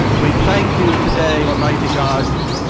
we thank you today, almighty god,